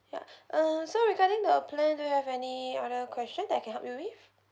ya uh so regarding to your plan do you have any other question that I can help you with